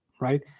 right